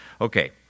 Okay